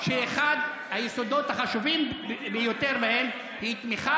אחד היסודות החשובים ביותר הוא תמיכה